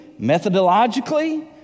methodologically